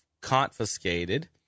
confiscated